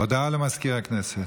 הודעה למזכיר הכנסת.